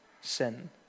sin